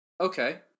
Okay